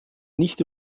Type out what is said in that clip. nicht